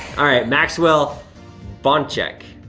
all right, maxwell boncheck,